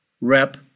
rep